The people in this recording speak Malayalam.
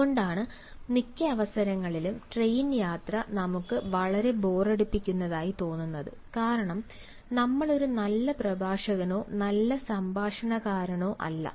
അതുകൊണ്ടാണ് മിക്ക അവസരങ്ങളിലും ട്രെയിൻ യാത്ര നമുക്ക് വളരെ ബോറടിപ്പിക്കുന്നതായി തോന്നുന്നത് കാരണം നമ്മൾ ഒരു നല്ല പ്രഭാഷകനോ നല്ല സംഭാഷണകാരനോ അല്ല